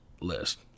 list